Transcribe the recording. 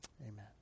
Amen